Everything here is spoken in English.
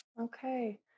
Okay